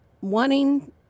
wanting